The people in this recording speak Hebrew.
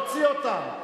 להוציא אותם.